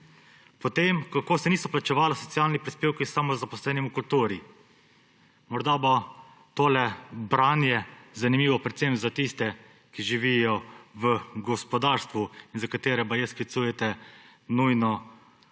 Kako se niso plačevali socialni prispevki samozaposlenim v kulturi – morda bo tole branje zanimivo predvsem za tiste, ki živijo v gospodarstvu in za katere baje sklicujete nujno sejo